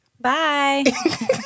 Bye